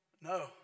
No